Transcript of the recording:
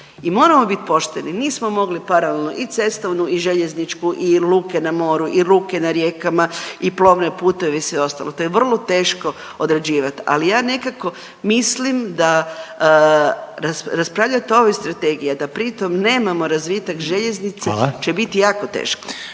moramo biti pošteni nismo mogli paralelno i cestovnu i željezničku i luke na moru i luke na rijekama i plovne putove i sve ostalo, to je vrlo teško odrađivat, ali ja nekako mislim da raspravljat o ovoj strategiji, a da pri tom nemamo razvitak željeznice će biti jako teško.